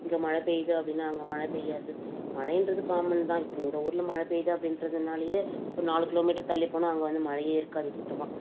இங்கே மழை பெய்யிது அப்படின்னா அங்கே மழை பெய்யாது மழைங்றது காமன் தான் இப்போ இந்த ஊரில் மழை பெய்யிது அப்படின்றதுனாலயே ஒரு நாலு கிலோ மீட்டர் தள்ளி போனால் அங்கே வந்து மழையே இருக்காது சுத்தமாக